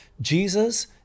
Jesus